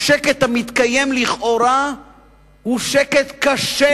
השקט המתקיים לכאורה הוא שקט קשה,